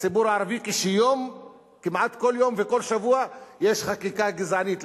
לציבור הערבי כשכמעט כל יום וכל שבוע יש חקיקה גזענית.